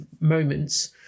moments